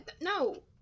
No